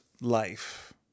life